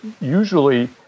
usually